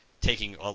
taking